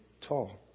tall